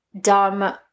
dumb